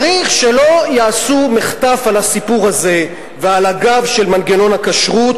צריך שלא יעשו מחטף על הסיפור הזה ועל הגב של מנגנון הכשרות